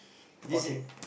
spotting